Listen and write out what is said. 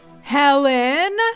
helen